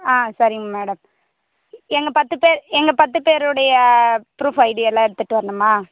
ஆ சரிங்க மேடம் எங்கள் பத்து பேர் எங்கள் பத்து பேருடைய ப்ரூஃப் ஐடியெல்லாம் எடுத்துகிட்டு வரணுமா